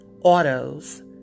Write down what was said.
autos